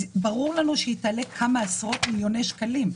ברור לנו שהיא תעלה כמה עשרות מיליוני שקלים.